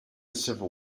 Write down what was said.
civil